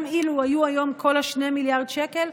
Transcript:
גם אילו היו היום כל 2 מיליארד השקלים,